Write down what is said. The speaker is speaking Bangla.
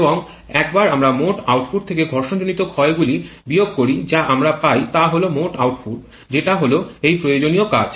এবং একবার আমরা মোট আউটপুট থেকে ঘর্ষণ জনিত ক্ষয় গুলি বিয়োগ করি যা আমরা পাই তা হল মোট আউটপুট যেটা হলো এই প্রয়োজনীয় কাজ